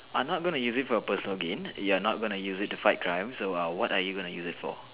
are not gonna use it for your personal gain you are not gonna use it to fight crimes so err what are you gonna use it for